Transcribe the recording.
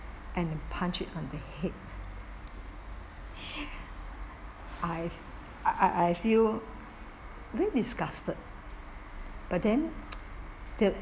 and punch it on the head I I I feel very disgusted but then the